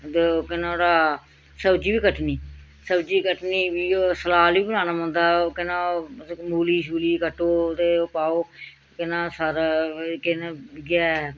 ते केह् नांऽ नुआड़ा सब्ज़ी बी कट्टनी सब्ज़ी कट्टनी फ्ही ओह् सलाद बी बनाना पौंदा ओह् केह् नांऽ ओह् मूली शूली कट्टो ते ओह् पाओ केह् नांऽ सारा केह् नांऽ उयै